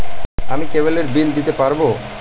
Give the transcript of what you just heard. আমি কেবলের বিল দিতে পারবো?